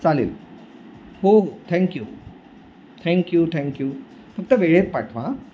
चालेल हो हो थँक्यू थँक्यू थँक्यू फक्त वेळेत पाठवा हां